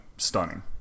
stunning